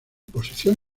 posición